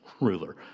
ruler